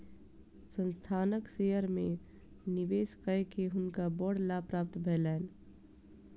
संस्थानक शेयर में निवेश कय के हुनका बड़ लाभ प्राप्त भेलैन